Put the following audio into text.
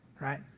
right